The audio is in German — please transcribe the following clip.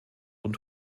und